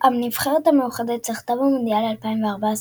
הנבחרת המאוחדת זכתה במונדיאל 2014,